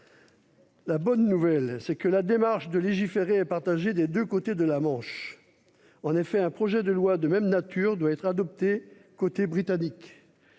La bonne nouvelle, c'est que le besoin de légiférer est partagé des deux côtés de la Manche. En effet, un projet de loi de même nature doit être adopté du côté britannique.